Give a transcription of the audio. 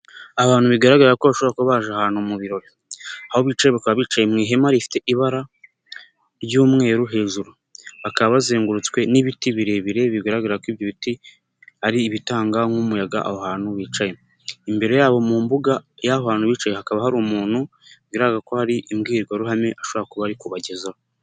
Abantu bigaragara ko bashobora kuba baje ahantu mu birori. Aho bicaye bakaba bicaye mu ihema rifite ibara ry'umweru hejuru. Bakaba bazengurutswe n'ibiti birebire, bigaragara ko ibyo biti ari ibitanga nk'umuyaga aho hantu bicaye. Imbere yabo mu mbuga y'aho hantu bicaye hakaba hari umuntu, biraraga ko hari imbwirwaruhame ashobora kuba ari kubagezaho.